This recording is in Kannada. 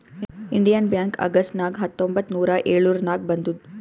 ಇಂಡಿಯನ್ ಬ್ಯಾಂಕ್ ಅಗಸ್ಟ್ ನಾಗ್ ಹತ್ತೊಂಬತ್ತ್ ನೂರಾ ಎಳುರ್ನಾಗ್ ಬಂದುದ್